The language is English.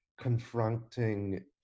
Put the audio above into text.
confronting